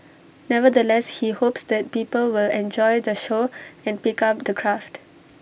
nevertheless he hopes that people will enjoy the show and pick up the craft